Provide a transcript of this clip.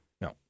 No